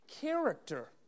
character